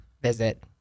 visit